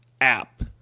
app